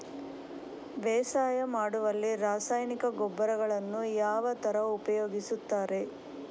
ಬೇಸಾಯ ಮಾಡುವಲ್ಲಿ ರಾಸಾಯನಿಕ ಗೊಬ್ಬರಗಳನ್ನು ಯಾವ ತರ ಉಪಯೋಗಿಸುತ್ತಾರೆ?